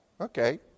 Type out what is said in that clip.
Okay